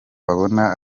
babona